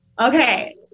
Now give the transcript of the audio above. Okay